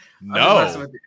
No